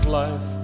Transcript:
life